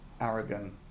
arrogant